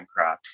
minecraft